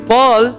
Paul